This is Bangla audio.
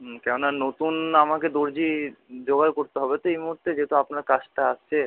হুম কেননা নতুন আমাকে দর্জি জোগাড় করতে হবে তো এই মুহূর্তে যেহেতু আপনার কাজটা আসছে